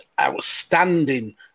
outstanding